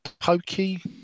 pokey